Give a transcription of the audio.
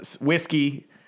whiskey